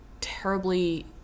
terribly